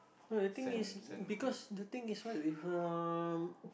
no the thing is because the thing is